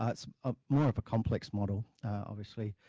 ah it's ah more of a complex model obviously,